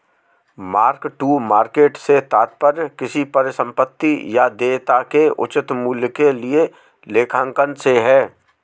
mark to market से तात्पर्य किसी परिसंपत्ति या देयता के उचित मूल्य के लिए लेखांकन से है